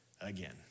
again